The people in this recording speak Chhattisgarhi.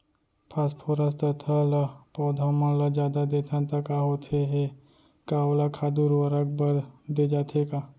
फास्फोरस तथा ल पौधा मन ल जादा देथन त का होथे हे, का ओला खाद उर्वरक बर दे जाथे का?